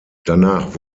danach